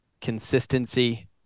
consistency